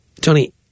Tony